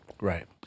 right